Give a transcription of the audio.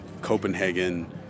Copenhagen